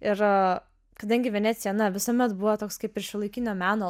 ir kadangi venecija na visuomet buvo toks kaip ir šiuolaikinio meno